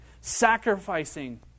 Sacrificing